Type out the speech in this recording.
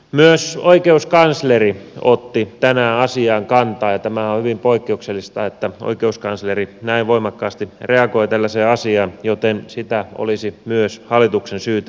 myös oikeuskansleri otti tänään asiaan kantaa ja tämä on hyvin poikkeuksellista että oikeuskansleri näin voimakkaasti reagoi tällaiseen asiaan joten sitä olisi myös hallituksen syytä noudattaa